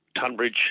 Tunbridge